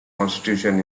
constitution